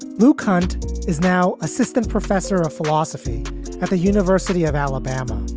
lou conte is now assistant professor of philosophy at the university of alabama.